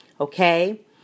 okay